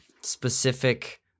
specific –